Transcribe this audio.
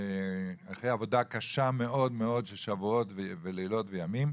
אחרי עבודה קשה מאוד מאוד של שבועות ולילות וימים,